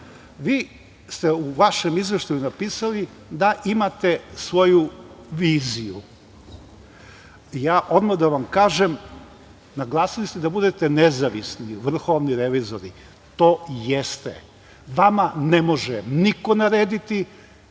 ste u vašem izveštaju napisali da imate svoju viziju. Odmah da vam kažem, naglasili ste da budete nezavisni vrhovni revizori. To jeste. Vama ne može niko narediti